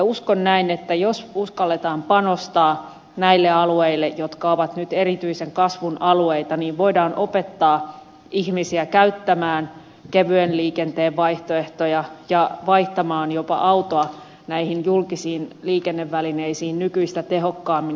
uskon näin että jos uskalletaan panostaa näille alueille jotka ovat nyt erityisen kasvun alueita niin voidaan opettaa ihmisiä käyttämään kevyen liikenteen vaihtoehtoja ja vaihtamaan jopa autoa näihin julkisiin liikennevälineisiin nykyistä tehokkaammin